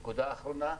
נקודה אחרונה,